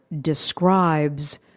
describes